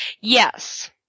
Yes